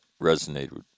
resonated